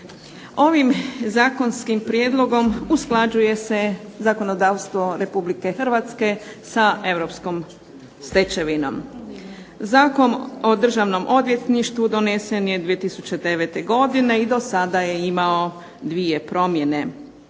Ovim zakonskim prijedlogom usklađuje se zakonodavstvo Republike Hrvatske sa europskom stečevinom. Zakon o Državnom odvjetništvu donesen je 2009. godine i do sada je imao dvije promjene